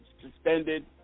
suspended